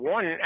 One